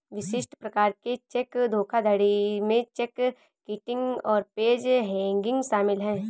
विशिष्ट प्रकार के चेक धोखाधड़ी में चेक किटिंग और पेज हैंगिंग शामिल हैं